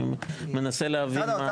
אני מנסה להבין.